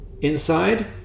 inside